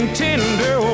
tender